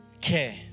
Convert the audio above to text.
care